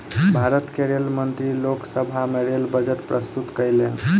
भारत के रेल मंत्री लोक सभा में रेल बजट प्रस्तुत कयलैन